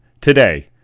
Today